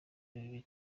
ibi